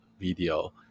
video